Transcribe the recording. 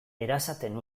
erasaten